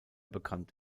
bekannt